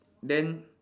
then